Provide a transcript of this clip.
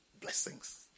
Blessings